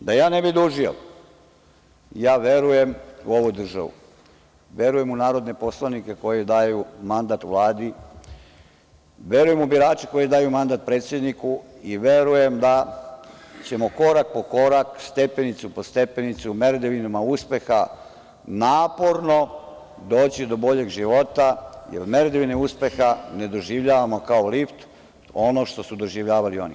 Da ja ne bih dužio, ja verujem u ovu državu, verujem u narodne poslanike koji daju mandat Vladi, verujem u birače koji daju mandat predsedniku i verujem da ćemo korak po korak, stepenicu po stepenicu, merdevinama uspeha, naporno doći do boljeg života, jer merdevine uspeha ne doživljavamo kao lift, ono što su doživljavali oni.